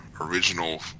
original